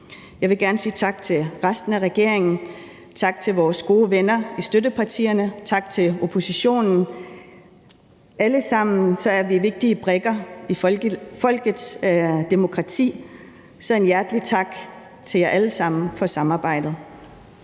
Jeg vil gerne sige tak til resten af regeringen. Tak til vores gode venner i støttepartierne. Tak til oppositionen. Alle sammen er vi vigtige brikker i folkets demokrati. Så en hjertelig tak til jer alle sammen for samarbejdet.